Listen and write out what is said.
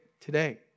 today